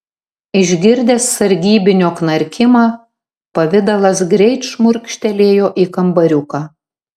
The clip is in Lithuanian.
išgirdęs sargybinio knarkimą pavidalas greit šmurkštelėjo į kambariuką